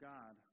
God